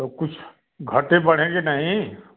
तो कुछ घटेंगे बढ़ेंगे नहीं